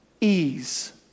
ease